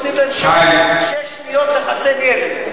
נותנים להם שש שניות לחסן ילד.